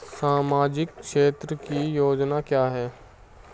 सामाजिक क्षेत्र की योजना क्या है?